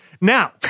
Now-